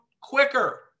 quicker